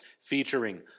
featuring